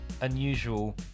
unusual